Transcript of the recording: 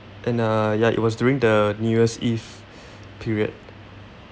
and uh ya it was during the new year's eve period